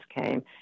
came